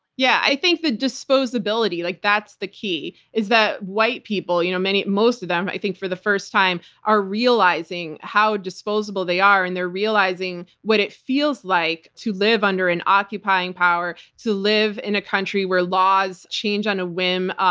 yeah, i think the disposability, like that's the key, is that white people, you know most of them, i think, for the first time, are realizing how disposable they are, and they're realizing what it feels like to live under an occupying power, to live in a country where laws change on a whim,